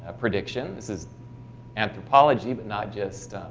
ah predictions is anthropology but not just